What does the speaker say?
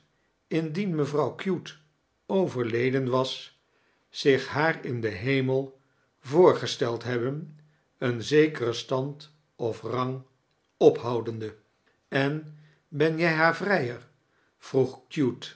indien mevrouw cute overleden was zich haar in den hemel voorgesteld hebben een zekeren stand of rang o phoudiende en ben jij haar vrijer vroeg